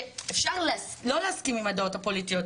אפשר לא להסכים עם הדעות הפוליטיות,